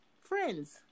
friends